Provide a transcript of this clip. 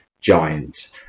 giant